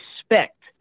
expect